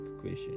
question